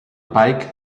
bike